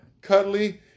cuddly